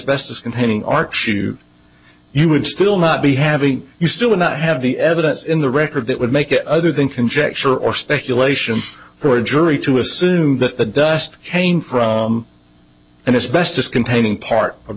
best as containing arc shoot you would still not be having you still would not have the evidence in the record that would make it other than conjecture or speculation for a jury to assume that the dust came from and as best as containing part of